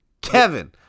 Kevin